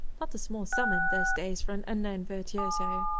not a small sum in those days for an unknown virtuoso.